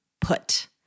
put